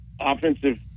offensive